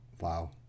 wow